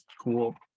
cool